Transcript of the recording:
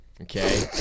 okay